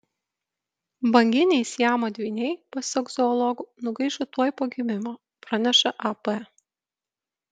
banginiai siamo dvyniai pasak zoologų nugaišo tuoj po gimimo praneša ap